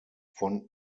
von